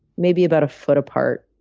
maybe about a foot apart,